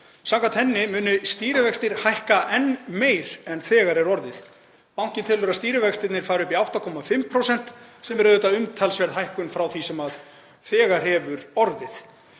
Samkvæmt henni munu stýrivextir hækka enn meira en þegar er orðið. Bankinn telur að stýrivextirnir fari upp í 8,5%, sem er auðvitað umtalsverð hækkun frá því sem þegar hefur orðið.